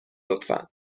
لطفا